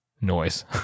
noise